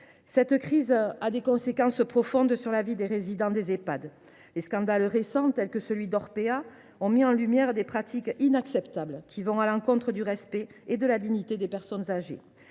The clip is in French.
Cette crise a des conséquences profondes sur la vie des résidents des Ehpad. Les scandales récents, tels que celui d’Orpea, ont mis en lumière des pratiques inacceptables qui vont à l’encontre du respect et de la dignité des personnes âgées.